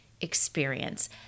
experience